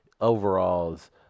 overalls